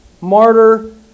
martyr